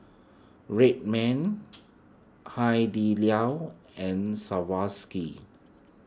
Red Man Hai Di Lao and